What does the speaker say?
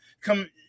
come